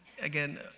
again